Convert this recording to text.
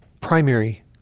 primary